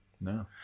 No